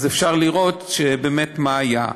אפשר לראות באמת מה היה.